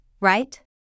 right